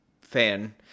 fan